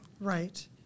Right